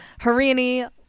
Harini